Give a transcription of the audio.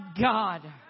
God